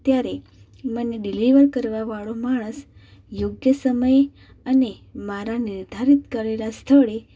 ત્યારે મને ડિલીવર કરવાવાળો માણસ યોગ્ય સમયે અને મારા નિર્ધારિત કરેલા સ્થળે